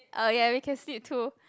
oh ya we can sleep too